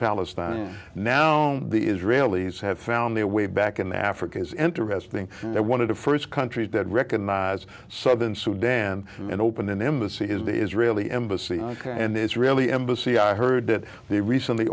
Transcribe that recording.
palestine now the israelis have found their way back in africa's interesting one of the first countries that recognize southern sudan and open an embassy is the israeli embassy and israeli embassy i heard that they recently